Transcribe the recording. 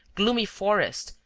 gloomy forest,